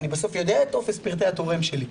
אני בסוף יודע את טופס פרטי התורם שלי.